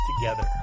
together